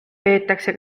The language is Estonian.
peetakse